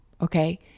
Okay